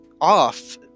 off